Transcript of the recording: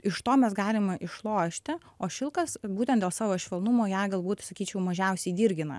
iš to mes galime išlošti o šilkas būtent dėl savo švelnumo ją galbūt sakyčiau mažiausiai dirgina